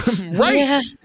Right